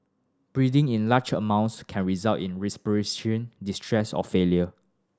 breathing in large amounts can result in distress or failure